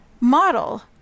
model